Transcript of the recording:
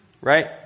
Right